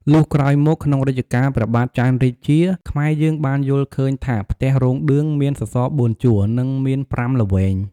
លុះក្រោយមក ក្នុងរជ្ជកាលព្រះបាទចន្ទរាជា ខ្មែរយើងបានយល់ឃើញថាផ្ទះរោងឌឿងមានសសរ៤ជួរ និងមាន៥ល្វែង។